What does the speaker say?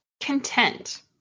Content